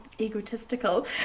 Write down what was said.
egotistical